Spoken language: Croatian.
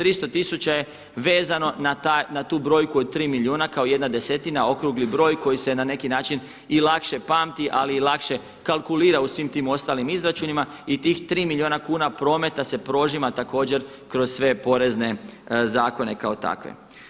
300 tisuća je vezano na tu brojku od tri milijuna kao jedna desetina okrugli broj koji se na neki način i lakše pamti ali i lakše kalkulira u svim tim ostalim izračunima i tih tri milijuna kuna se prožima također kroz sve porezne zakone kao takve.